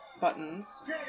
buttons